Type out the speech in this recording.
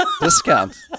discount